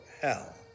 hell